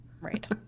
Right